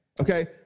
okay